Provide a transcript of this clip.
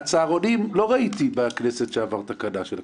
על הצהרונים לא ראיתי שעברה בכנסת תקנה של הקיצוץ,